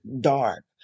dark